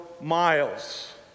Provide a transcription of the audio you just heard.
miles